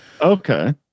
Okay